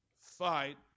fight